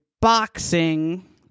boxing